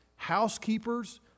housekeepers